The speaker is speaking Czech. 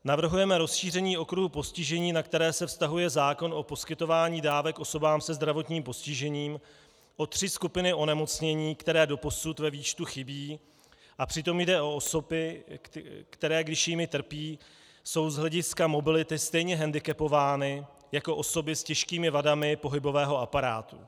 Navrhujeme rozšíření okruhu postižení, na která se vztahuje zákon o poskytování dávek osobám se zdravotním postižením, o tři skupiny onemocnění, které doposud ve výčtu chybí, a přitom jde o osoby, které když jimi trpí, jsou z hlediska mobility stejně hendikepovány jako osoby s těžkými vadami pohybového aparátu.